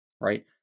right